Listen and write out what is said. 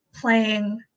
playing